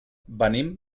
venim